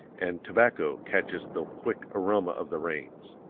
and tobacco catches the quick aroma of the rains.